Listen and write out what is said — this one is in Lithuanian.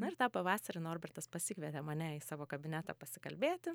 na ir tą pavasarį norbertas pasikvietė mane į savo kabinetą pasikalbėti